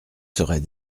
serait